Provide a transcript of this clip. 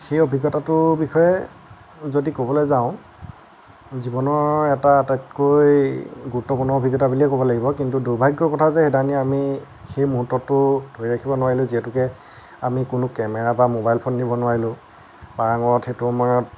সেই অভিজ্ঞতাটোৰ বিষয়ে যদি ক'বলৈ যাওঁ জীৱনৰ এটা আটাইতকৈ গুৰুত্বপূৰ্ণ অভিজ্ঞতা বুলিয়ে ক'ব লাগিব কিন্তু দূৰ্ভাগ্যৰ কথা যে সেইদিনাখনি আমি সেই মূহুৰ্তটো ধৰি ৰাখিব নোৱাৰিলোঁ যিহেতুকে আমি কোনো কেমেৰা বা ম'বাইল ফোন নিব নোৱাৰিলোঁ পাৰাঙত সেইটো সময়ত